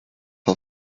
how